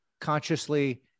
consciously